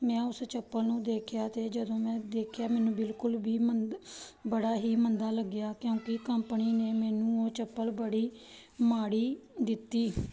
ਮੈਂ ਉਸ ਚੱਪਲ ਨੂੰ ਦੇਖਿਆ ਅਤੇ ਜਦੋਂ ਮੈਂ ਦੇਖਿਆ ਮੈਨੂੰ ਬਿਲਕੁਲ ਵੀ ਮੰਦ ਬੜਾ ਹੀ ਮੰਦਾ ਲੱਗਿਆ ਕਿਉਂਕਿ ਕੰਪਨੀ ਨੇ ਮੈਨੂੰ ਉਹ ਚੱਪਲ ਬੜੀ ਮਾੜੀ ਦਿੱਤੀ